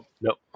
Nope